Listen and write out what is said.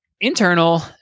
internal